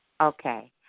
Okay